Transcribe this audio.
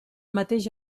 mateix